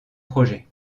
projet